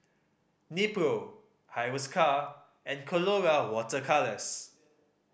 Nepro Hiruscar and Colora Water Colours